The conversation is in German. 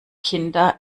kinder